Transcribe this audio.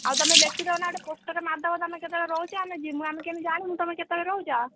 ଆଉ ତୁମେ ଲେଖି ଦେଉନ ଗୋଟେ ପୋଷ୍ଟର୍ ମାରି ଦେବ ତୁମେ କେତେବେଳେ ରହୁଛ ଆମେ ଯିବୁ ଆମେ କେମିତି ଜାଣିବୁ ତୁମେ କେତେବେଳେ ରହୁଛ